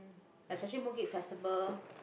especially Mooncake Festival